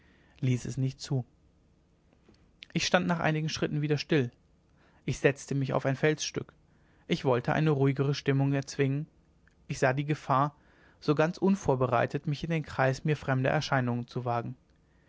ließ es nicht zu ich stand nach einigen schritten wieder still ich setzte mich auf ein felsstück ich wollte eine ruhigere stimmung erzwingen ich sah die gefahr so ganz unvorbereitet mich in den kreis mir fremder erscheinungen zu wagen